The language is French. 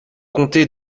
comté